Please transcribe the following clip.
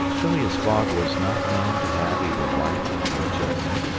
phileas fogg was not known to have either wife or children,